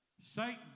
Satan